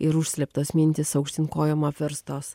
ir užslėptos mintys aukštyn kojom apverstos